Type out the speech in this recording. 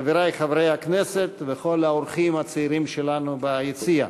חברי חברי הכנסת וכל האורחים הצעירים שלנו ביציע,